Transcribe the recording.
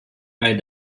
bei